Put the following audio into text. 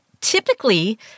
typically